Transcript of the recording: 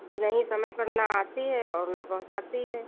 जी नहीं समय पर ना आती है और ना पहुँचाती है